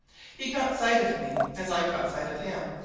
he caught sight of me as i caught sight of him,